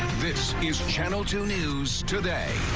this is channel two news today.